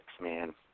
man